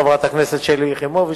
חברת הכנסת שלי יחימוביץ,